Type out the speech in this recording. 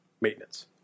maintenance